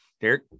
Derek